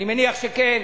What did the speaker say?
אני מניח שכן.